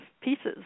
pieces